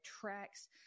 tracks